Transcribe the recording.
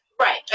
Right